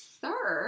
sir